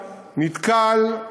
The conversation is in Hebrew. נתקל,